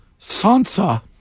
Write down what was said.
sansa